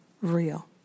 real